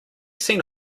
seen